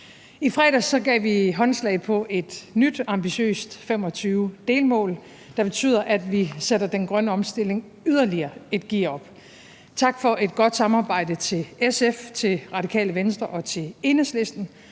I fredags gav vi håndslag på et nyt ambitiøst 2025-delmål, der betyder, at vi sætter den grønne omstilling yderligere et gear op. Tak for et godt samarbejde til SF, til Radikale Venstre og til Enhedslisten